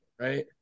right